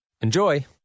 Enjoy